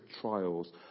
trials